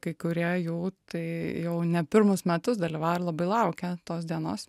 kai kurie jų tai jau ne pirmus metus dalyvauja ir labai laukia tos dienos